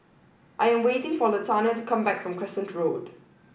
I am waiting for Latanya to come back from Crescent Road